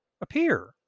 appear